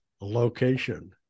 location